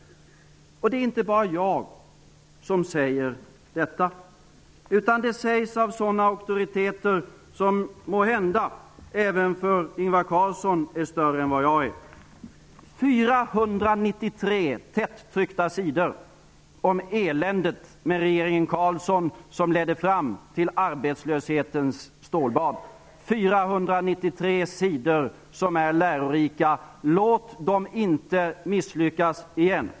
Det är inte bara jag som säger detta. Det sägs av sådana auktoriteter som måhända även för Ingvar Carlsson är större än vad jag är. Kjell-Olof Feldt har skrivit 493 tättryckta sidor om eländet med regeringen Carlsson, som ledde fram till arbetslöshetens stålbad. Det är 493 sidor som är lärorika. Låt dem inte misslyckas igen!